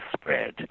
spread